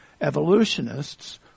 evolutionists